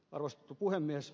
arvostettu puhemies